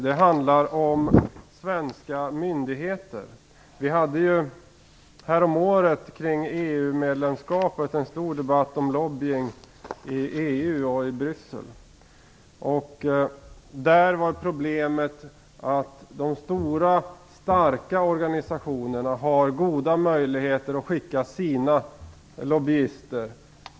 Vi hade häromåret i samband med diskussionen om EU-medlemskapet en stor debatt om lobbying i EU och i Bryssel. Problemet är att de stora och starka organisationerna har goda möjligheter att skicka dit sina lobbyister.